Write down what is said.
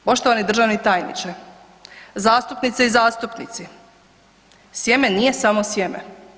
Poštovani državni tajniče, zastupnice i zastupnici, sjeme nije samo sjeme.